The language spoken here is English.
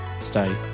stay